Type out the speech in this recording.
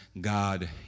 God